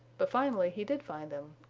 but finally he did find them,